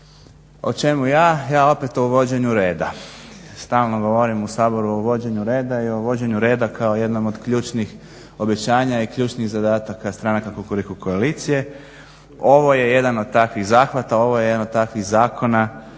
O čemu ja? Ja opet o uvođenju reda. Stalno govorim u saboru o uvođenju reda i o uvođenju redaka o jednom od ključnih obećanja i ključnih zadataka stranaka Kukuriku koalicije. Ovo je jedan od takvih zahvata. Ovo je jedan od takvih zakona